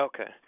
Okay